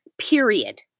period